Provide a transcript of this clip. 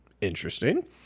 interesting